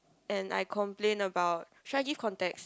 and I complain about should I give context